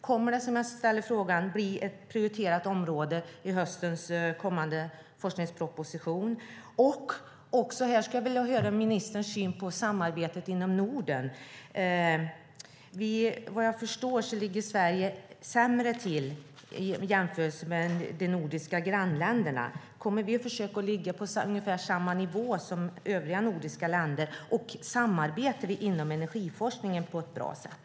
Kommer det, som jag undrade, att bli ett prioriterat område i höstens kommande forskningsproposition? Här skulle jag också vilja höra ministerns syn på samarbetet inom Norden. Vad jag förstår ligger Sverige sämre till än de nordiska grannländerna. Kommer vi att försöka ligga på ungefär samma nivå som övriga nordiska länder, och samarbetar vi inom energiforskningen på ett bra sätt?